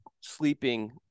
sleeping